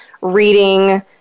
reading